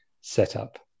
setup